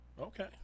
Okay